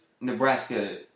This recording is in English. Nebraska –